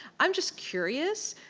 i'm just curious,